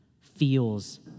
feels